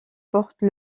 porte